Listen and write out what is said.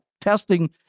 Testing